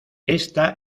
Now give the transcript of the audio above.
esta